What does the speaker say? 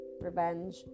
revenge